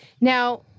Now